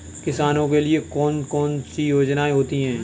किसानों के लिए कौन कौन सी योजनायें होती हैं?